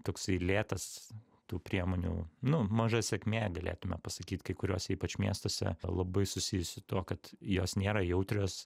toksai lėtas tų priemonių nu maža sėkmė galėtume pasakyt kai kuriuose ypač miestuose labai susijus su tuo kad jos nėra jautrios